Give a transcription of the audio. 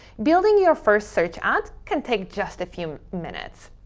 building your first search ad can take just a few minutes.